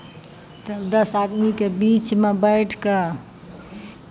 तऽ दस आदमीके बीचमे बैठि कऽ